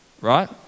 right